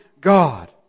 God